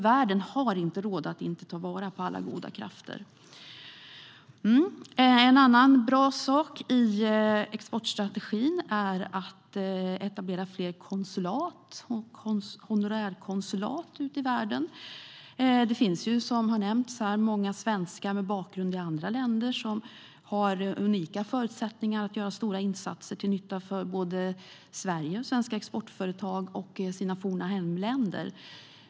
Världen har inte råd att inte ta vara på alla goda krafter. En annan bra sak i exportstrategin är att vi ska etablera fler konsulat och honorärkonsulat i världen. Som har nämnts finns det många svenskar med bakgrund i andra länder. De har unika förutsättningar att göra stora insatser till nytta för såväl Sverige och svenska exportföretag som sina forna hemländer.